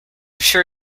sure